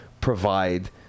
provide